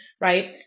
right